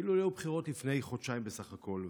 כאילו לא היו הבחירות לפני חודשיים בסך הכול.